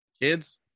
Kids